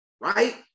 right